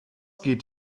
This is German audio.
geht